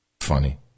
Funny